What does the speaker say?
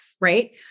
right